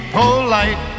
polite